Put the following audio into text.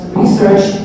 research